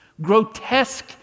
grotesque